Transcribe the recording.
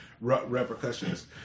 repercussions